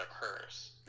occurs